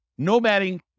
nomading